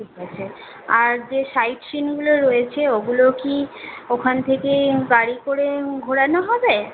ঠিক আছে আর যে সাইট সিইংগুলো রয়েছে ওগুলোও কি ওখান থেকে গাড়ি করে ঘোরানো হবে